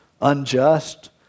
unjust